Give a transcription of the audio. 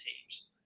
teams